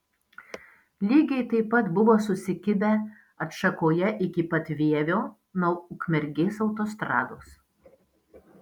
lygiai taip pat buvo susikibę atšakoje iki pat vievio nuo ukmergės autostrados